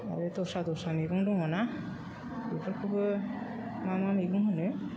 आरो दस्रा दस्रा मैगं दङ ना बेफोरखौबो मा मा मैगं होनो